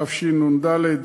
התשנ"ד,